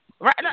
Right